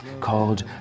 called